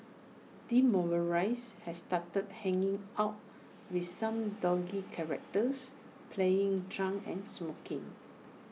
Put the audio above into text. demoralised he started hanging out with some dodgy characters playing truant and smoking